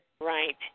Right